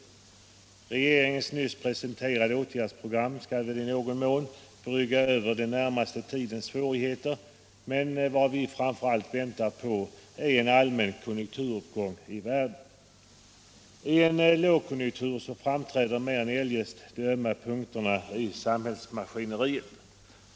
Regeringens nyss presenterade åtgärdsprogram skall väl i någon mån brygga över den närmaste tidens svårigheter, men vad vi framför allt väntar på är en allmän konjunkturuppgång i världen. I en lågkonjunktur framträder mer än eljest de ömma punkterna i samhällsmaskineriet.